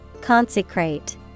Consecrate